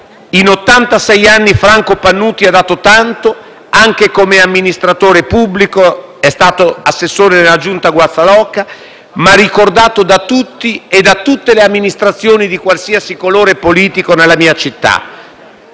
anni Franco Pannuti ha dato tanto, anche come amministratore pubblico (è stato assessore nella giunta Guazzaloca), una figura ricordata da tutti e da tutte le amministrazioni di qualsiasi colore politico nella mia città.